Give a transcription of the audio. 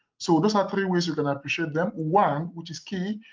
so those are three ways you're can appreciate them. one, which is key,